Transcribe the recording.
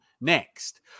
next